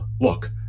look